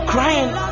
Crying